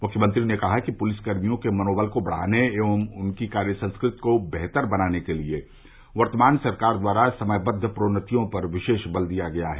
मुख्यमंत्री ने कहा कि पुलिस कर्मियों के मनोबल को बढ़ाने एवं उनकी कार्य संस्कृति को बेहतर बनाने के लिए वर्तमान सरकार द्वारा समयबद्व प्रोन्नतियों पर विशेष बल दिया गया है